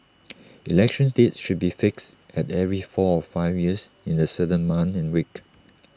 election dates should be fixed at every four or five years in A certain month and week